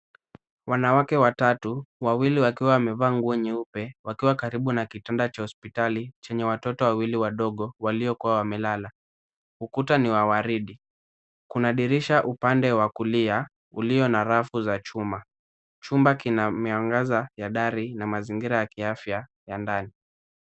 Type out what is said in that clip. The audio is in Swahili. Wanawake watatu, wawili wakiwa wamevaa nguo nyeupe, wakiwa karibu na kitanda cha hospitali, chenye watoto wawili wadogo, waliokuwa wamelala. Ukuta ni wa waridi. Kuna dirisha upande wa kulia ulio na rafu za chuma. Chumba kina miangaza ya dari na mazingira ya kiafya ya ndani.